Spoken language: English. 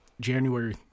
January